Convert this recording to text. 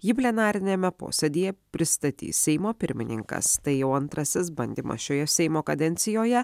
jį plenariniame posėdyje pristatys seimo pirmininkas tai jau antrasis bandymas šioje seimo kadencijoje